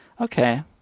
Okay